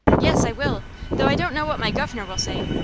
yes, i will though i don't know what my guv'nor will say.